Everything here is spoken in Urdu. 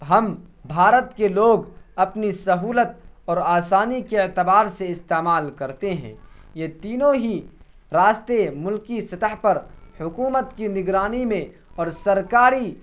ہم بھارت کے لوگ اپنی سہولت اور آسانی کے اعتبار سے استعمال کرتے ہیں یہ تینوں ہی راستے ملکی سطح پر حکومت کی نگرانی میں اور سرکاری